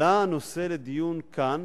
עלה הנושא לדיון כאן